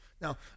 Now